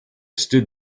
stood